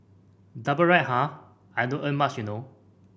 double ride ah I don't earn much you know